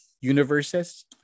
universes